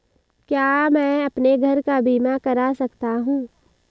क्या मैं अपने घर का बीमा करा सकता हूँ?